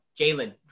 Jalen